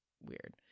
weird